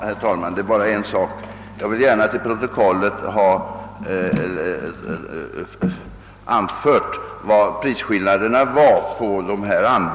Herr talman! Bara ytterligare en sak. Jag vill gärna till protokollet ha 'antecknat vilka anbudssummorna i det aktuella fallet var.